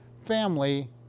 family